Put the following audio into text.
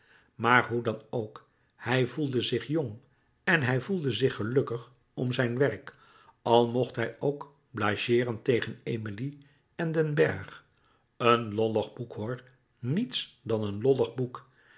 maar hoe dan ook hij voelde zich jong en hij voelde zich gelukkig om zijn werk al mocht louis couperus metamorfoze hij ook blageeren tegen emilie en den bergh een lollig boek hoor niets dan een lollig boek